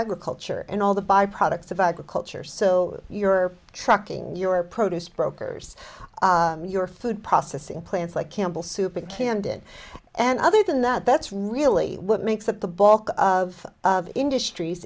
agriculture and all the by products of agriculture so you're trucking your produce brokers your food processing plants like campbell soup and candid and other than that that's really what makes up the bulk of industries